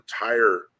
entire